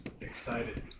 Excited